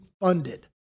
funded